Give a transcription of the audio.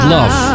Love